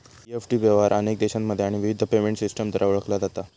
EFT व्यवहार अनेक देशांमध्ये आणि विविध पेमेंट सिस्टमद्वारा ओळखला जाता